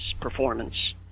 performance